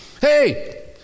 hey